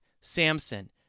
Samson